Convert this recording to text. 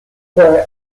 were